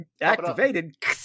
Activated